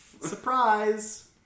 Surprise